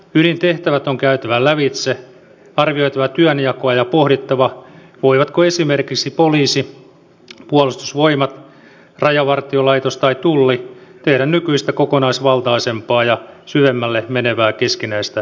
ydintehtävät on käytävä lävitse on arvioitava työnjakoa ja pohdittava voivatko esimerkiksi poliisi puolustusvoimat rajavartiolaitos tai tulli tehdä nykyistä kokonaisvaltaisempaa ja syvemmälle menevää keskinäistä yhteistyötä